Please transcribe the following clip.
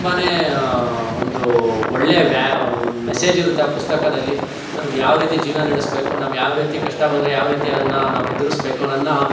ತುಂಬ ಒಂದು ಒಳ್ಳೆ ವ್ಯಾ ಒಂದು ಮೆಸೇಜಿರುತ್ತೆ ಆ ಪುಸ್ತಕದಲ್ಲಿ ನಾವು ಯಾವ ರೀತಿ ಜೀವನ ನಡೆಸಬೇಕು ನಾವು ಯಾವ ರೀತಿ ಕಷ್ಟ ಬಂದರೆ ಯಾವ ರೀತಿ ಅದನ್ನ ನಾವು ಎದುರಿಸಬೇಕು ಅನ್ನೋದನ್ನ